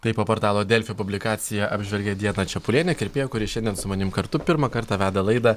taip o portalo delfi publikaciją apžvelgė diana čepulienė kirpėja kuri šiandien su manim kartu pirmą kartą veda laidą